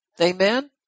Amen